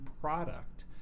product